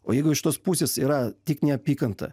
o jeigu iš tos pusės yra tik neapykanta